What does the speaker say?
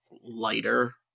lighter